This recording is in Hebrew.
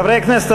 חברי הכנסת,